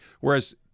Whereas